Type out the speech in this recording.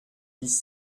dix